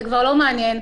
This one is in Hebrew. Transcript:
זה כבר לא מעניין.